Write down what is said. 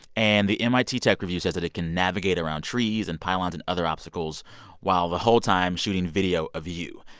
and the mit tech review says that it can navigate around trees and pylons and other obstacles while the whole time, shooting video of you.